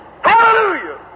Hallelujah